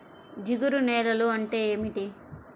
జిగురు నేలలు అంటే ఏమిటీ?